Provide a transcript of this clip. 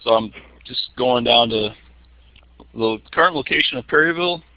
i'm just going down. the the current location of perryville,